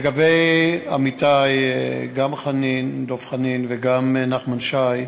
לגבי עמיתי, גם דב חנין וגם נחמן שי,